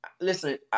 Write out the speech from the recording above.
Listen